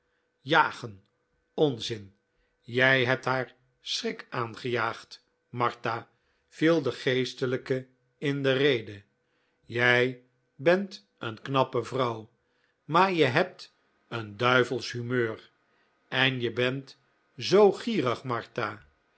jagen onzin jij hebt haar schrik aangejaagd martha viel de geestelijke in de rede jij bent een knappe vrouw maar je hebt een duivelsch humeur en je bent zoo gierig martha